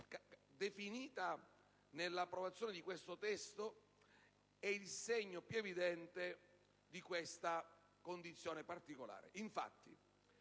definita per l'approvazione di questo testo è il segno più evidente di questa condizione particolare.